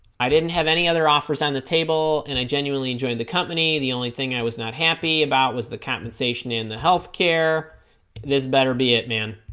i didn't have any other offers on the table and i genuinely enjoyed the company the only thing i was not happy about was the compensation in the healthcare this better be it man